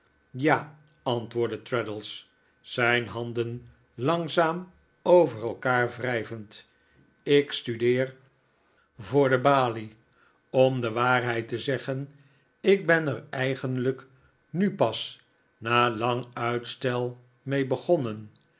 ja antwoordde traddles zijn handen langzaam over elkaar wrijvend ik studeer op bezoek bij traddles voor de balie om de waarheid te zegg'en ik ben er eigenlijk mi pas na lang uitstel mee begonnen